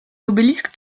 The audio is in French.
obélisques